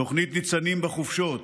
תוכנית ניצנים בחופשות,